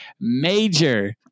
Major